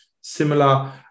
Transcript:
Similar